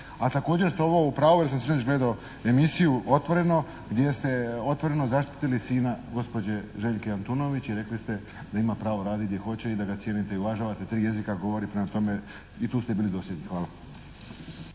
A također ste ovo u pravu jer sam sinoć gledao emisiju «Otvoreno» gdje ste otvoreno zaštitili sina gospođe Željke Antunović i rekli ste da ima pravo raditi gdje hoće i da ga cijenite i uvažavate, tri jezika govori i prema tome i tu ste bili dosljedni. Hvala.